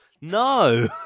No